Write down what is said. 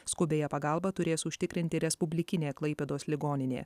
skubiąją pagalbą turės užtikrinti respublikinė klaipėdos ligoninė